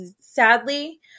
sadly